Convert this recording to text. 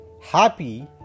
happy